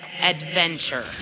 adventure